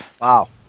Wow